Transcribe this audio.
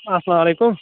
اسلام علیکُم